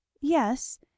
Yes